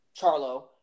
Charlo